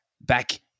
back